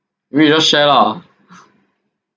winner share lah